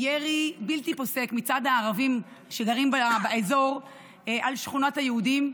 ירי בלתי פוסק מצד הערבים שגרים באזור על שכונת היהודים,